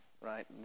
right